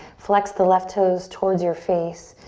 flex the left toes towards your face.